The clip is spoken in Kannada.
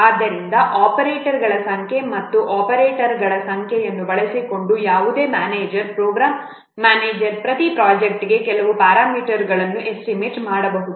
ಆದ್ದರಿಂದ ಆಪರೇಟರ್ಗಳ ಸಂಖ್ಯೆ ಮತ್ತು ಆಪರೇಟರ್ಗಳ ಸಂಖ್ಯೆಯನ್ನು ಬಳಸಿಕೊಂಡು ಯಾವುದೇ ಮ್ಯಾನೇಜರ್ ಪ್ರೋಗ್ರಾಂ ಮ್ಯಾನೇಜರ್ ಪ್ರತಿ ಪ್ರೊಜೆಕ್ಟ್ಗೆ ಕೆಲವು ಪ್ಯಾರಾಮೀಟರ್ಗಳನ್ನು ಎಸ್ಟಿಮೇಟ್ ಮಾಡಬಹುದು